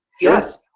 Yes